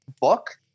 book